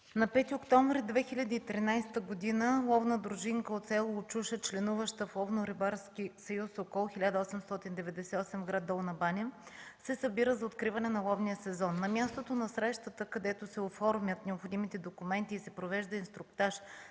на 5 октомври 2013 г. ловна дружинка от село Очуша, членуваща в Ловно-рибарски съюз „Сокол 1898” в град Долна баня се събира за откриване на ловния сезон. На мястото на срещата, където се оформят необходимите документи и се провежда инструктаж